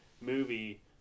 movie